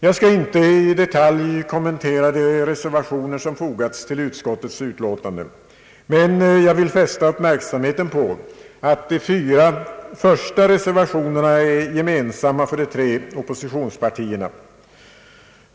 Jag skall inte i detalj kommentera de reservationer som fogats till utskottets utlåtande, men jag vill fästa uppmärksamheten på att de fyra första reservationerna är gemensamma för de tre oppositionspartierna.